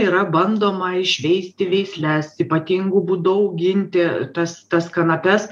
yra bandoma išveisti veisles ypatingu būdu auginti tas tas kanapes